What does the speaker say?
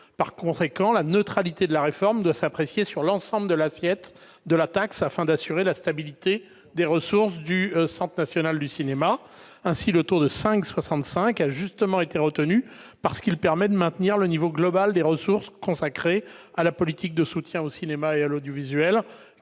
En réalité, la neutralité de la réforme doit s'apprécier sur l'ensemble de l'assiette de la taxe, afin d'assurer la stabilité des ressources du Centre national du cinéma et de l'image animée. Ainsi, le taux de 5,65 % a justement été retenu, parce qu'il permet de maintenir le niveau global des ressources consacrées à la politique de soutien au cinéma et à l'audiovisuel